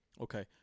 Okay